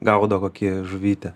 gaudo kokią žuvytę